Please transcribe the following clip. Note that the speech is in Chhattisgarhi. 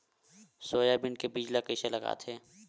सोयाबीन के बीज ल कइसे लगाथे?